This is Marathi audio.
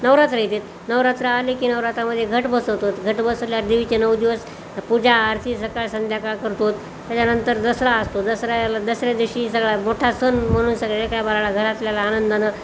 नवरात्र येतात नवरात्र आले की नवरात्रामध्ये घट बसवतो घट बसवल्यावर देवीचे नऊ दिवस पूजा आरती सकाळ संध्याकाळ करतो त्याच्यानंतर दसरा असतो दसऱ्याला दसऱ्या दिवशी सगळा मोठा सण म्हणून सगळ्या एका पाराला घरातल्या लहानांना